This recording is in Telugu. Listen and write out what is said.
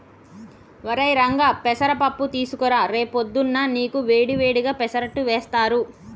ఒరై రంగా పెసర పప్పు తీసుకురా రేపు పొద్దున్నా నీకు వేడి వేడిగా పెసరట్టు వేస్తారు